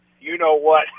you-know-what